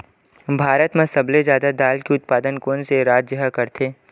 भारत मा सबले जादा दाल के उत्पादन कोन से राज्य हा करथे?